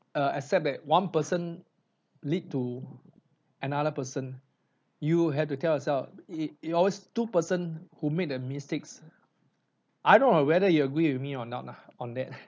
uh accept that one person lead to another person you have to tell yourself it it always two person who made the mistakes I don't know whether you agree with me or not lah on that